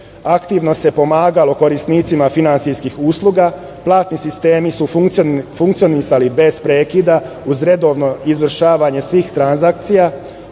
aktivno se pomagalo korisnicima finansijskih usluga, platni sistemi su funkcionisali bez prekida uz redovno izvršavanje svih transakcija,